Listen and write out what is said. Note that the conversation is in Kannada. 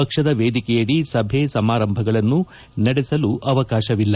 ಪಕ್ಷದ ವೇದಿಕೆಯಡಿ ಸಭೆ ಸಮಾರಂಭಗಳನ್ನು ನಡೆಸಲು ಅವಕಾಶವಿಲ್ಲ